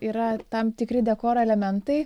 yra tam tikri dekoro elementai